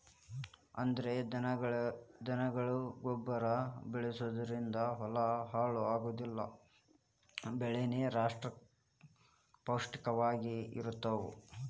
ಅಂದ್ರ ದನಗೊಳ ಗೊಬ್ಬರಾ ಬಳಸುದರಿಂದ ಹೊಲಾ ಹಾಳ ಆಗುದಿಲ್ಲಾ ಬೆಳಿನು ಪೌಷ್ಟಿಕ ವಾಗಿ ಇರತಾವ